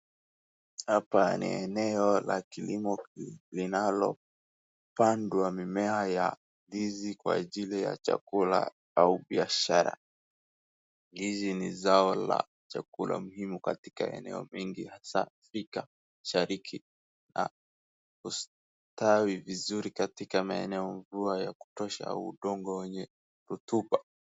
Hapa ni eneo la kilimo linalopandwa mimea ya ndizi kwa ajili ya chakula au biashara, ndizi ni zao za chakula muhimu katika eneo mingi hasa Thika mashariki, na hustawi vizuri katika maeneo mvua ya kutosha au mvua wenye rutuba.